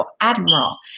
admiral